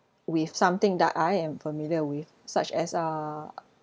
with something that I am familiar with such as uh